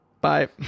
Bye